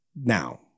Now